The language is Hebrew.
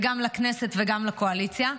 וגם לכנסת וגם לקואליציה.